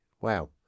Wow